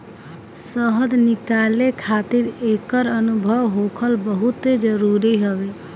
शहद निकाले खातिर एकर अनुभव होखल बहुते जरुरी हवे